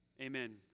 Amen